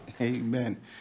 Amen